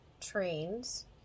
trains